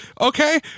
Okay